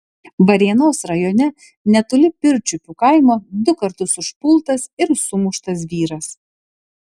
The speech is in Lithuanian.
varėnos rajone netoli pirčiupių kaimo du kartus užpultas ir sumuštas vyras